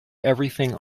everything